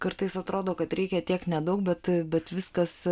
kartais atrodo kad reikia tiek nedaug bet bet viskas